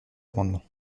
amendement